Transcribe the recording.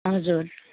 हजुर